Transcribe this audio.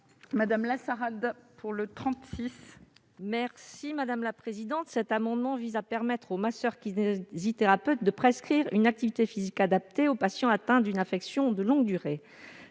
Florence Lassarade, pour présenter l'amendement n° 36 rectifié Cet amendement vise à permettre aux masseurs-kinésithérapeutes de prescrire une activité physique adaptée aux patients atteints d'une affection de longue durée.